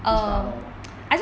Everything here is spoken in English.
which part of the work